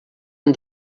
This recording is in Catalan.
amb